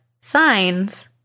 signs